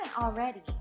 already